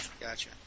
gotcha